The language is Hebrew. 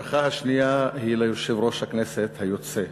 הברכה השנייה היא ליושב-ראש הכנסת היוצא,